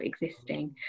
existing